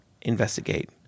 investigate